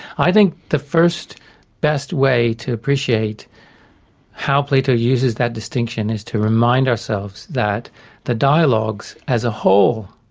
i think the first best way to appreciate how plato uses that distinction is to remind ourselves that the dialogues as a whole,